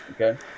Okay